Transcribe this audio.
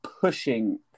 pushing